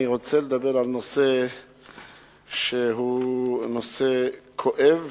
אני רוצה לדבר על נושא שהוא נושא כואב